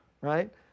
right